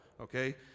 Okay